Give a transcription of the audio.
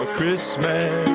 Christmas